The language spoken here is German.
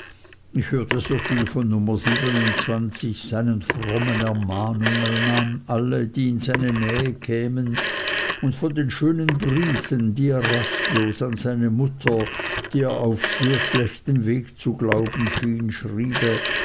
ich hörte soviel von nummer seinen frommen ermahnungen an alle die in seine nähe kämen und von den schönen briefen die er rastlos an seine mutter die er auf sehr schlechtem wege zu glauben schien schriebe